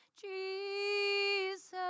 Jesus